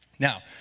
Now